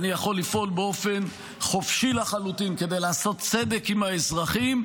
ואני יכול לפעול באופן חופשי לחלוטין כדי לעשות צדק עם האזרחים,